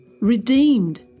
redeemed